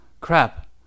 crap